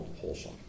wholesome